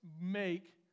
make